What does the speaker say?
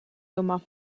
doma